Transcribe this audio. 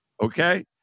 okay